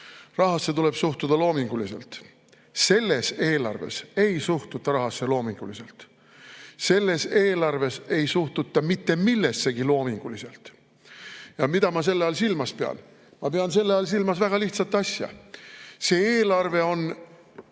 Rahasse tuleb suhtuda loominguliselt. Selles eelarves ei suhtuta rahasse loominguliselt. Selles eelarves ei suhtuta mitte millessegi loominguliselt. Mida ma selle all silmas pean? Ma pean selle all silmas väga lihtsat asja. See eelarve on